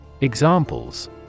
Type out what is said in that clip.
Examples